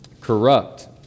corrupt